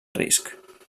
risc